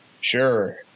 sure